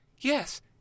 Yes